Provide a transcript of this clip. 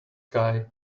guy